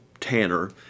Tanner